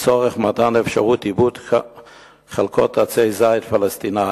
לצורך מתן אפשרות לעיבוד חלקות עצי זית פלסטיניות.